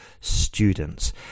students